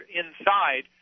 inside